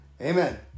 Amen